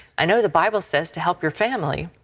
i know the bible says to help your family.